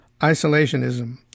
Isolationism